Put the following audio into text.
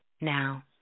Now